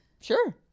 Sure